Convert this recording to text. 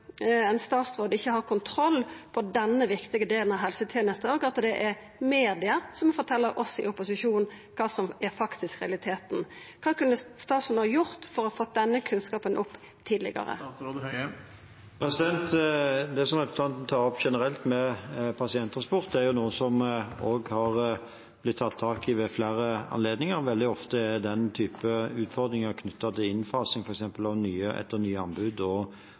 har kontroll på denne viktige delen av helsetenesta, og at det er media som må fortelja oss i opposisjonen kva som faktisk er realiteten. Kva kunne statsråden ha gjort for å få denne kunnskapen opp tidlegare? Det representanten tar opp med pasienttransport generelt, er jo noe som har blitt tatt tak i ved flere anledninger. Veldig ofte er den type utfordringer knyttet til f.eks. innfasing etter nye anbud og nye